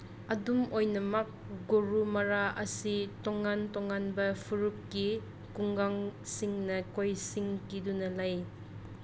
ꯑꯗꯨꯝ ꯑꯣꯏꯅꯃꯛ ꯒꯨꯔꯨꯃꯔꯥ ꯑꯁꯤ ꯇꯣꯉꯥꯟ ꯇꯣꯉꯥꯟꯕ ꯐꯨꯔꯨꯞꯀꯤ ꯈꯨꯡꯒꯪꯁꯤꯡꯅ ꯀꯣꯏꯁꯤꯟꯈꯤꯗꯨꯅ ꯂꯩ